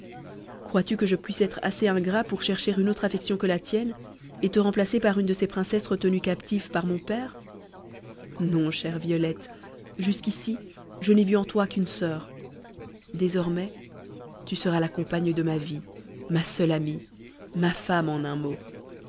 crois-tu que je puisse être assez ingrat pour chercher une autre affection que la tienne et te remplacer par une de ces princesses retenues captives par mon père non chère violette jusqu'ici je n'ai vu en toi qu'une soeur désormais tu seras la compagne de ma vie ma seule amie ma femme en un mot